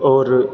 आओर